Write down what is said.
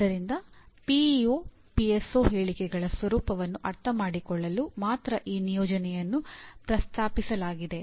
ಆದ್ದರಿಂದ ಪಿಇಒ ಹೇಳಿಕೆಗಳ ಸ್ವರೂಪವನ್ನು ಅರ್ಥಮಾಡಿಕೊಳ್ಳಲು ಮಾತ್ರ ಈ ನಿಯೋಜನೆಯನ್ನು ಪ್ರಸ್ತಾಪಿಸಲಾಗಿದೆ